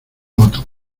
botón